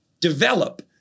develop